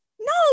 No